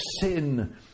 sin